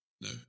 no